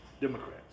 democrats